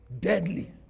deadly